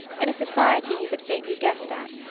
in a society he but faintly guessed at,